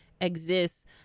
exists